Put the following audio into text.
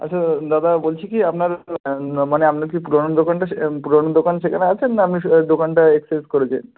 আচ্ছা দাদা বলছি কী আপনার না মানে আপনার কি পুরনো দোকানটা সে পুরনো দোকান সেখানে আছেন না আপনি সে দোকানটা এক্সচেঞ্জ করেছেন